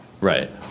Right